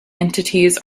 entities